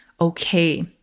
okay